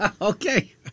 Okay